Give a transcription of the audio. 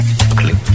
click